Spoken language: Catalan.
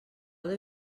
deu